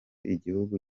igihugu